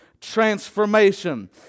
transformation